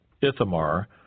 Ithamar